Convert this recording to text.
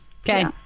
Okay